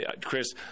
Chris